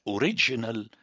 original